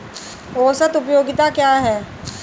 औसत उपयोगिता क्या है?